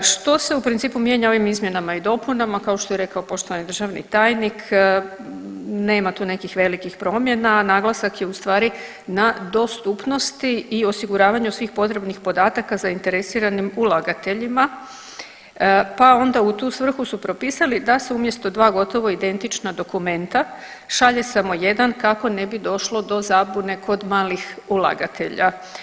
Što se u principu mijenja ovim izmjenama i dopunama, kao što je rekao i poštovani državni tajnik nema tu nekih velikih promjena, naglasak je u stvari na dostupnosti i osiguravanju svih potrebnih podataka zainteresiranim ulagateljima, pa onda u tu svrhu su propisali da se umjesto dva gotovo identična dokumenta šalje samo jedan kako ne bi došlo do zabune kod malih ulagatelja.